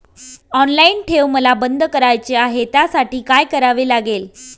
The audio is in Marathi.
ऑनलाईन ठेव मला बंद करायची आहे, त्यासाठी काय करावे लागेल?